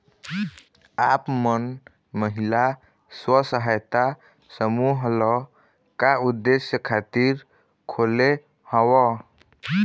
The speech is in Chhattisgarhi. आप मन महिला स्व सहायता समूह ल का उद्देश्य खातिर खोले हँव?